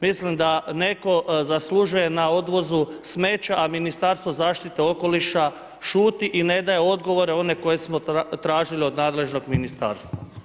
Mislim da netko zaslužuje na odvozu smeća a Ministarstvo zaštite okoliša šuti i ne daje odgovore one koje smo tražili od nadležnog ministarstva.